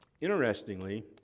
Interestingly